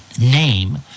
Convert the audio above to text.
name